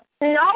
No